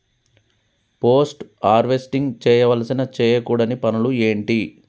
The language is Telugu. పోస్ట్ హార్వెస్టింగ్ చేయవలసిన చేయకూడని పనులు ఏంటి?